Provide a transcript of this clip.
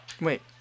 wait